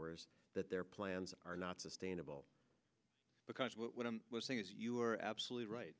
rs that their plans are not sustainable because what i'm saying is you're absolutely right